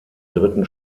dritten